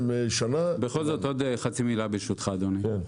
בכל זאת עוד חצי מילה ברשותך, אדוני.